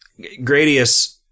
gradius